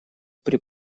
при